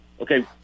okay